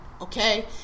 okay